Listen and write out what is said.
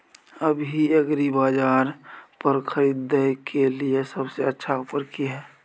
अभी एग्रीबाजार पर खरीदय के लिये सबसे अच्छा ऑफर की हय?